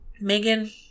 Megan